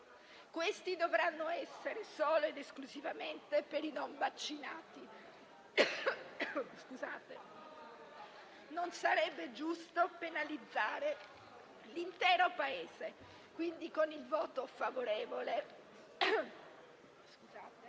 questi dovranno essere solo ed esclusivamente per i non vaccinati. Non sarebbe giusto penalizzare l'intero Paese. Dichiaro il voto favorevole